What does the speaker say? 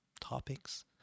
topics